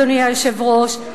אדוני היושב-ראש,